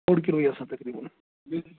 اوٚڑ کِلوے آسان تقریٖباً